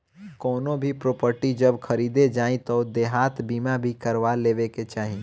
कवनो भी प्रापर्टी जब खरीदे जाए तअ देयता बीमा भी करवा लेवे के चाही